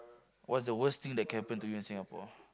what's the worst thing that can happen to you in Singapore